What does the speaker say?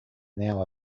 now